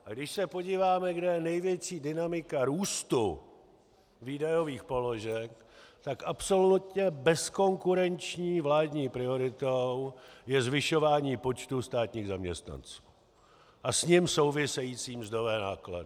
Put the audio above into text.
A když se podíváme, kde je největší dynamika růstu výdajových položek, tak absolutně bezkonkurenční vládní prioritou je zvyšování počtu státních zaměstnanců a s ním související mzdové náklady.